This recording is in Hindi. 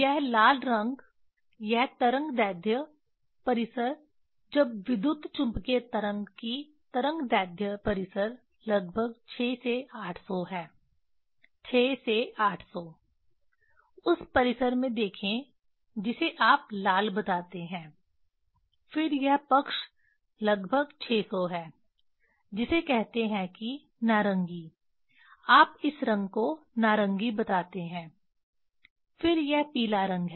यह लाल रंग यह तरंगदैर्ध्य परिसर जब विद्युतचुम्बकीय तरंग की तरंगदैर्ध्य परिसर लगभग 6 से 800 है 6 से 800 उस परिसर में देखें जिसे आप लाल बताते हैं फिर यह पक्ष लगभग 600 है जिसे कहते हैं कि नारंगी आप इस रंग को नारंगी बताते हैं फिर यह पीला रंग है